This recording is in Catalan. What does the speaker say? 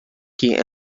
qui